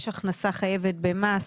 יש הכנסה חייבת במס,